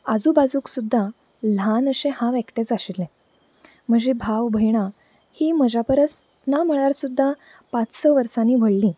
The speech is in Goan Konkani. आजुबाजूक सुद्दां ल्हान अशें हांव एकटेंच आशिल्लें म्हजी भाव भयणां हीं म्हज्या परस ना म्हणल्यार सुद्दां पांच स वर्सांनी व्हडली